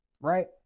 right